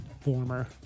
Former